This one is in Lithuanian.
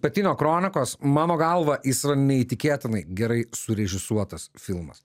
pietinio kronikos mano galva jis yra neįtikėtinai gerai surežisuotas filmas